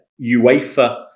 UEFA